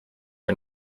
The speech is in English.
are